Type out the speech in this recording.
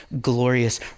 glorious